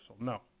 No